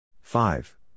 Five